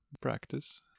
practice